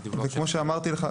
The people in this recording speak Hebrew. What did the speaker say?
כמו שאמרתי לך,